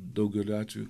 daugeliu atvejų